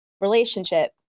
relationship